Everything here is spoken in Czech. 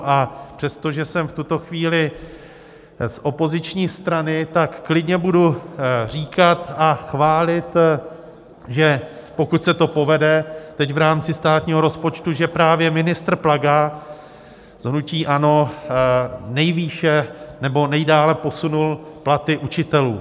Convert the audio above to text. A přesto, že jsem v tuto chvíli z opoziční strany, tak klidně budu říkat a chválit, že pokud se to povede teď v rámci státního rozpočtu, že právě ministr Plaga z hnutí ANO nejvýše, nebo nejdále posunul platy učitelů.